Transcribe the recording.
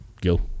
Gil